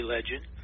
Legend